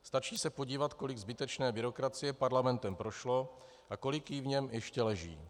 Stačí se podívat, kolik zbytečné byrokracie parlamentem prošlo a kolik jí v něm ještě leží.